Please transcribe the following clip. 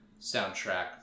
soundtrack